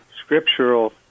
scriptural